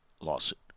Lawsuit